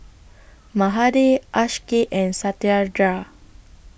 Mahade Akshay and Satyendra